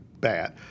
bad